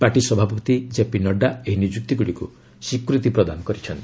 party ସଭାପତି କେପି ନଡ଼ୁ ଏହି ନିଯୁକ୍ତିଗୁଡ଼ିକୁ ସ୍ୱୀକୃତି ପ୍ରଦାନ କରିଛନ୍ତି